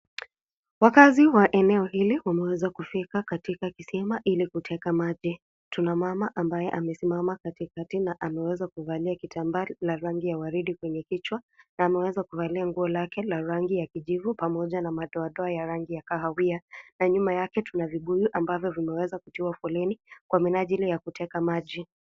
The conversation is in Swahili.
Wakazi wa eneo hili wamewezakufika katika kisima ili kuteka maji, kuna mama amewezakusimama katikati na amevalia kitambaa la rangi ya waridi kwenye kichwa na ameweza kuvalia nguo lake la rangi ya kijivu, pamoja na madoadoa ya ranngi ya kahawia, na nyuma yake tuna vibuyu ambavyo vimepangwa katika foleni kwa minajili ya kuteka maji.